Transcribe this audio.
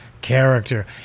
character